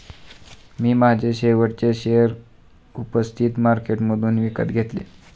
मी माझे शेवटचे शेअर उपस्थित मार्केटमधून विकत घेतले